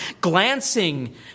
glancing